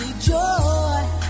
joy